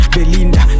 Belinda